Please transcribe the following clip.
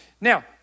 Now